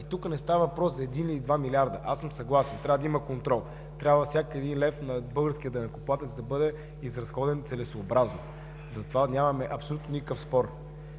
Тук не става въпрос за един или два милиарда – аз съм съгласен, трябва да има контрол, трябва всеки един лев на българския данъкоплатец да бъде изразходен целесъобразно – затова нямаме абсолютно никакъв спор.